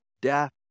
death